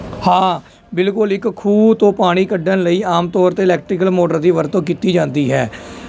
ਹਾਂ ਬਿਲਕੁਲ ਇੱਕ ਖੂਹ ਤੋਂ ਪਾਣੀ ਕੱਢਣ ਲਈ ਆਮ ਤੌਰ 'ਤੇ ਇਲੈਕਟਰੀਕਲ ਮੋਟਰ ਦੀ ਵਰਤੋਂ ਕੀਤੀ ਜਾਂਦੀ ਹੈ